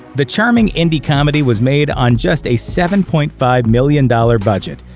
the charming indie comedy was made on just a seven point five million dollars budget,